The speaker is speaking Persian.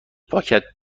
پاکت